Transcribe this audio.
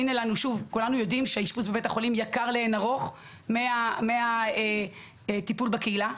כולנו יודעים שהאשפוז בבית החולים יקר לאין ערוך מהטיפול בקהילה.